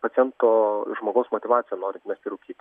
paciento žmogaus motyvacija norint mesti rūkyti